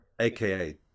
AKA